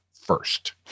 first